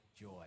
joy